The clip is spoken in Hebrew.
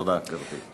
תודה, גברתי.